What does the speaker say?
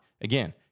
Again